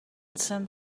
send